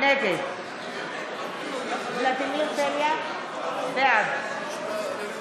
נגד ולדימיר בליאק, בעד מירב בן ארי, אינה נוכחת